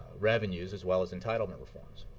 revenues as well as entitlement reforms.